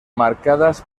marcadas